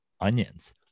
onions